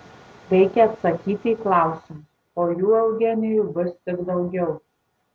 reikia atsakyti į klausimus o jų eugenijui bus tik daugiau